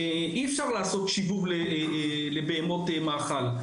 אבל אי אפשר לעשות שיבוב לבהמות מאכל.